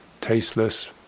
tasteless